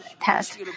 test